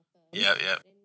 yup yup